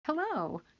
Hello